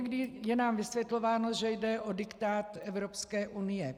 Někdy je nám vysvětlováno, že jde o diktát Evropské unie.